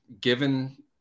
given